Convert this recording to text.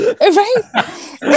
Right